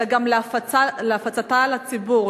אלא גם להפצתה לציבור,